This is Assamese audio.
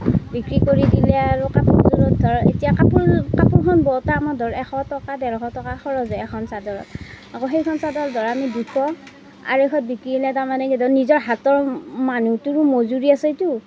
বিক্ৰী কৰি দিলে আৰু কাপোৰখন এতিয়া কাপোৰ কাপোৰখন বওঁতে আমাৰ ধৰক এশ টকা ডেৰশ টকা খৰচ হয় এখন চাদৰত আকৌ সেইখন চাদৰ আমি বিকোঁ আঢ়ৈশত বিকিলে ধৰক নিজৰ হাতৰ মানুহটোৰ মজুৰি আছেতো